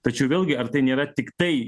tačiau vėlgi ar tai nėra tiktai